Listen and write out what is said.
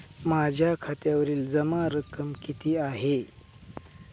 माझ्या खात्यावरील जमा रक्कम किती आहे?